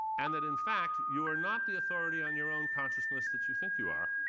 and that, in fact, you're not the authority on your own consciousness that you think you are.